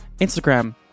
Instagram